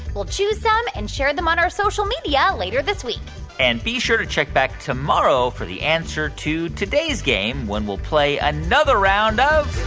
we'll choose some and share them on our social media later this week and be sure to check back tomorrow for the answer to today's game when we play another round of.